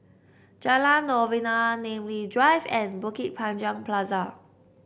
Jalan Novena Namly Drive and Bukit Panjang Plaza